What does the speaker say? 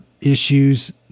issues